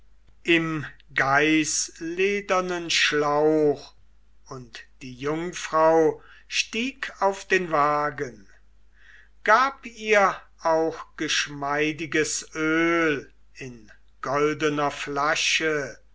im geißledernen schlauch und die jungfrau stieg auf den wagen gab ihr auch geschmeidiges öl in goldener flasche